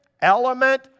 element